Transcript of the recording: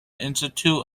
institute